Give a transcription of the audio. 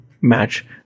match